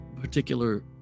particular